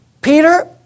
Peter